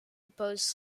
opposed